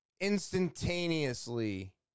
instantaneously